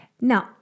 Now